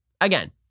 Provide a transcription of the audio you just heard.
again